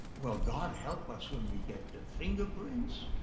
well, god help us when we get the fingerprints,